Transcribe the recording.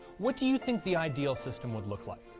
what do you think the ideal system would look like?